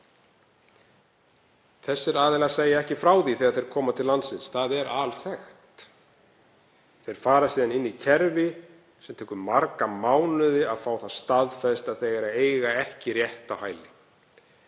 Þessir aðilar segja ekki frá því þegar þeir koma til landsins. Það er alþekkt. Þeir fara síðan inn í kerfi og það tekur marga mánuði að fá það staðfest að þeir eiga ekki rétt á hæli.